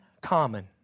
common